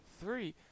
three